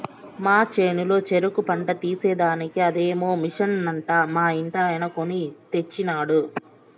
మా చేనులో చెరుకు పంట తీసేదానికి అదేదో మిషన్ అంట మా ఇంటాయన కొన్ని తెచ్చినాడు